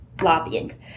lobbying